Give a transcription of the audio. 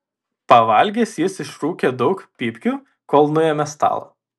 pavalgęs jis išrūkė daug pypkių kol nuėmė stalą